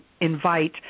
invite